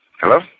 Hello